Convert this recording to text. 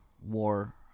war